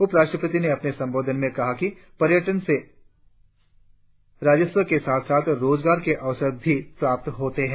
उपराष्ट्रपति ने अपने संबोधन में कहा कि पर्यटन से रजस्व के साथ साथ रोजगार के अवसर भी प्राप्त होते हैं